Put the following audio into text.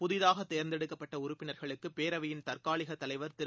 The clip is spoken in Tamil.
புதிதாகதேர்ந்தெடுக்கப்பட்ட உறுப்பினர்களுக்குபேரவையின் தற்காலிகதலைவர் திரு